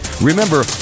Remember